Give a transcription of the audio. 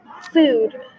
food